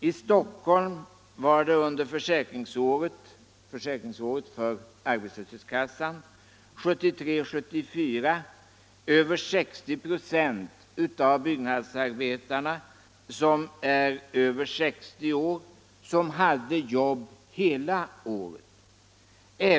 I Stockholm var det under försäkringsåret 1973/74 — försäkringsåret för arbetslöshetskassan — mer än 60 96 av byggnadsarbetarna över 60 år som hade jobb hela året.